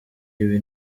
ibi